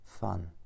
fun